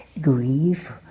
grief